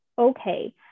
okay